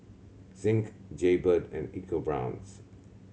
Zinc Jaybird and ecoBrown's